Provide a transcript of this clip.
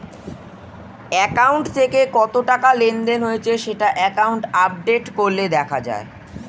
account থেকে কত টাকা লেনদেন হয়েছে সেটা অ্যাকাউন্ট আপডেট করলে দেখা যায়